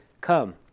Come